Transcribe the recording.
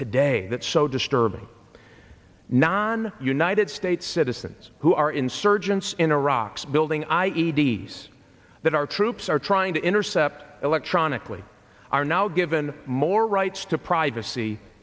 today that so disturbing non united states citizens who are insurgents in iraq has building i e d s that our troops are trying to intercept electronically are now given more rights to privacy